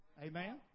Amen